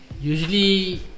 Usually